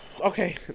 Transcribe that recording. Okay